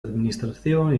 administración